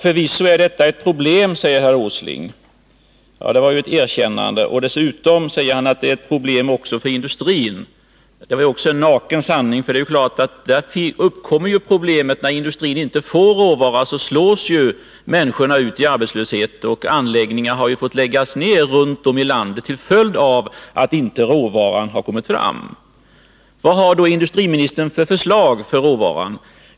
Förvisso är detta ett problem, säger herr Åsling. Det var ju ett erkännande. Dessutom säger han att det är ett problem också för industrin. Det är en naken sanning, eftersom det är klart att problemet uppkommer när industrin inte får råvara. Då drivs ju människorna ut i arbetslöshet. Anläggningar har ju fått läggas ned runt om i landet till följd av att inte råvaran har kommit fram. Vad har då industriministern för förslag när det gäller råvaran?